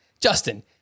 Justin